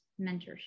mentorship